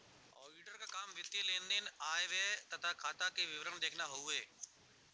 auditor क काम वित्तीय लेन देन आय व्यय तथा खाता क विवरण देखना हउवे